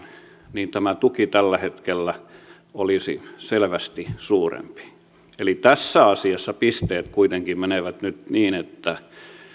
niin tämä tuki tällä hetkellä olisi selvästi suurempi eli tässä asiassa pisteet kuitenkin menevät nyt niin että